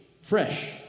fresh